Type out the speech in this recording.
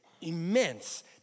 immense